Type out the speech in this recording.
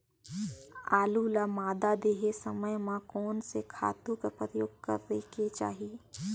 आलू ल मादा देहे समय म कोन से खातु कर प्रयोग करेके चाही?